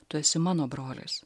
tu esi mano brolis